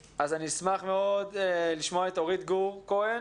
אשמח מאוד לשמוע את אורית גור כהן.